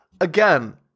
again